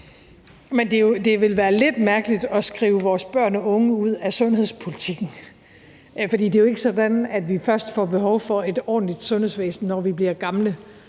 Det ville være lidt mærkeligt at skrive vores børn og unge ud af sundhedspolitikken. For det er jo ikke sådan, at vi først får behov for et ordentligt sundhedsvæsen, når vi bliver gamle.